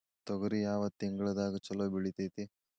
ತೊಗರಿ ಯಾವ ತಿಂಗಳದಾಗ ಛಲೋ ಬೆಳಿತೈತಿ?